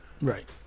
Right